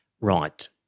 Right